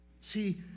See